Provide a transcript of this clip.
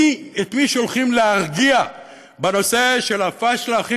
את מי שולחים להרגיע בנושא של הפשלה הכי